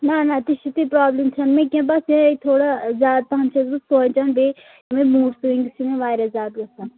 نہَ نہَ تہِ چھُنہٕ تہِ پرٛابلِم چھےٚ نہٕ مےٚ کیٚنٛہہ بَس یِہَے تھوڑا زیادٕ پَہم چھَس بہٕ سونچان بیٚیہِ موٗڈ سُوِنگٔس چھِ مےٚ واریاہ زیادٕ گژھان